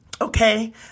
Okay